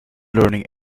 learning